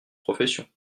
profession